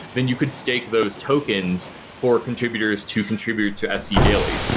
then you can stake those tokens for contributors to contribute to se daily.